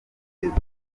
kugeza